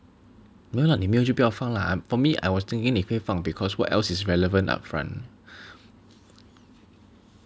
没有 lah 你没有就不要放 lah for me I was thinking 你可以放 because what else is relevant up front